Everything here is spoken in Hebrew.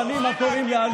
תכנים הקוראים לאלימות.